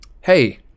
Hey